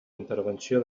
intervenció